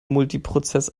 multiprozess